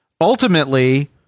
ultimately